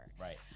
Right